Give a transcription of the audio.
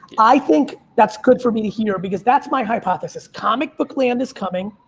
i think that's good for me to hear because that's my hypothesis. comic book land is coming.